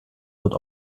wird